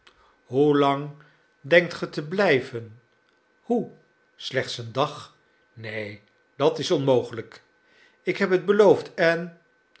hoe lang denkt ge te blijven hoe slechts een dag neen dat is onmogelijk ik heb het beloofd en